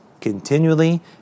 continually